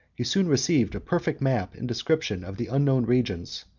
he soon received a perfect map and description of the unknown regions,